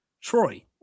Troy